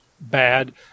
Bad